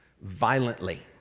Violently